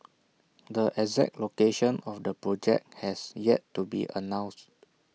the exact location of the project has yet to be announced